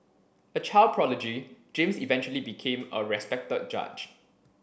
a child prodigy James eventually became a respected judge